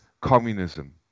communism